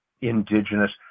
indigenous